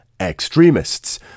extremists